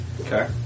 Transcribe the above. Okay